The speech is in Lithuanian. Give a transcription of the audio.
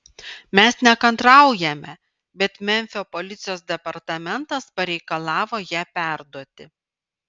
mes nekantraujame bet memfio policijos departamentas pareikalavo ją perduoti